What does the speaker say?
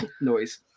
noise